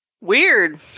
weird